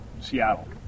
Seattle